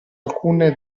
alcune